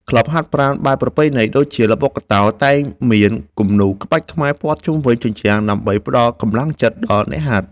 ក្លឹបហាត់ប្រាណបែបប្រពៃណី ដូចជា ល្បុក្កតោ តែងមានគំនូរក្បាច់ខ្មែរព័ទ្ធជុំវិញជញ្ជាំងដើម្បីផ្ដល់កម្លាំងចិត្តដល់អ្នកហាត់។